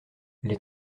les